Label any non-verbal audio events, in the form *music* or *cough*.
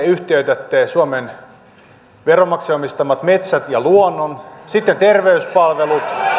*unintelligible* yhtiöitätte suomen veronmaksajien omistamat metsät ja luonnon sitten terveyspalvelut